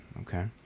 okay